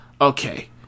okay